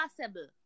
possible